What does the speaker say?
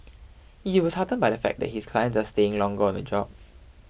he was heartened by the fact that his clients are staying longer on the job